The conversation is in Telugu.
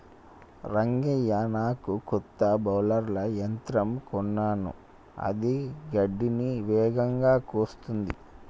రంగయ్య నాకు కొత్త బౌలర్ల యంత్రం కొన్నాను అది గడ్డిని వేగంగా కోస్తుంది